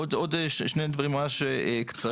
אומר עוד שני דברים ממש קצרים.